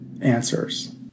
answers